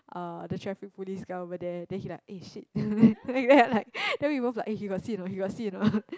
uh the traffic police guy over there then he like eh shit then we both like eh he got see or not he got see or not